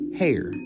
hair